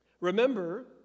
Remember